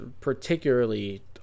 particularly